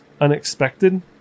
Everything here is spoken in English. unexpected